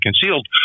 concealed